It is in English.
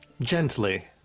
Gently